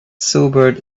sobered